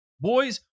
Boys